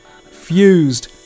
fused